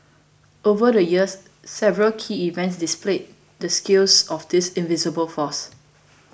over the years several key events displayed the skills of this invisible force